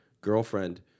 girlfriend